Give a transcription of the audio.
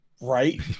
right